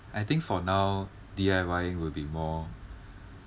I think for now D_I_Y will be more